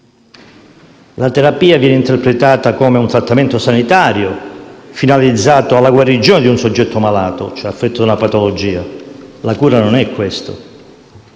La terapia viene interpretata come un trattamento sanitario finalizzato alla guarigione di un soggetto malato, cioè affetto da una patologia. La cura non è questo.